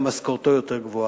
גם משכורתו יותר גבוהה.